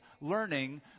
learning